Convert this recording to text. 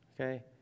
Okay